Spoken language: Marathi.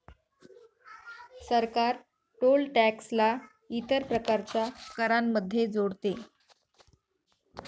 सरकार टोल टॅक्स ला इतर प्रकारच्या करांमध्ये जोडते